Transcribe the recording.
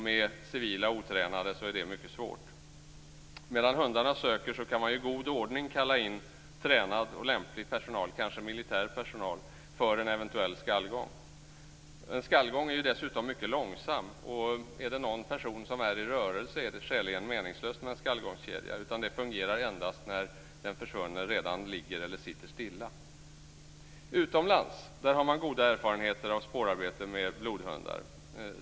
Med otränade civila är det mycket svårt. Medan hundarna söker kan man ju i god ordning kalla in tränad och lämplig personal, kanske militär personal, för en eventuell skallgång. En skallgång är dessutom mycket långsam. Är det en person som är i rörelse är det skäligen meningslöst med en skallgångskedja. Det fungerar endast när den försvunne redan ligger eller sitter stilla. Utomlands har man goda erfarenheter av spårarbete med blodhundar.